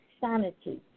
sanity